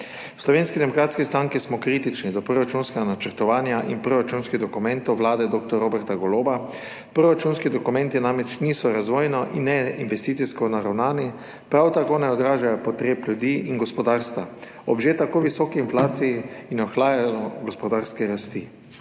V Slovenski demokratski stranki smo kritični do proračunskega načrtovanja in proračunskih dokumentov vlade dr. Roberta Goloba. Proračunski dokumenti namreč niso razvojno in ne investicijsko naravnani, prav tako ne odražajo potreb ljudi in gospodarstva ob že tako visoki inflaciji in ohlajanju gospodarske rasti.